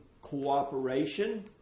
cooperation